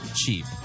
cheap